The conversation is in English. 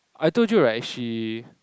I told you right she